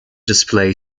display